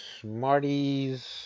smarties